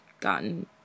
gotten